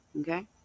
okay